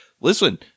listen